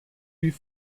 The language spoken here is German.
wie